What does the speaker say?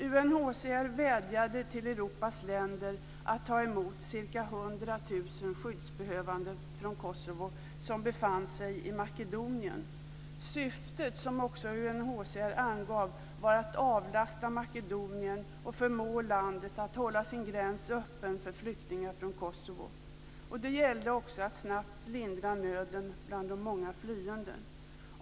UNHCR vädjade till Europas länder att ta emot ca 100 000 skyddsbehövande från Kosovo som befann sig i Makedonien. Syftet, som också UNHCR angav, var att avlasta Makedonien och förmå landet att hålla sin gräns öppen för flyktingar från Kosovo. Det gällde också att snabbt lindra nöden bland de många flyende.